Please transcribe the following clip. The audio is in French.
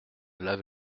lave